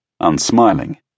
Unsmiling